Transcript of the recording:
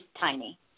tiny